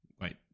Wait